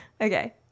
Okay